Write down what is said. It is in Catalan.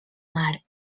mar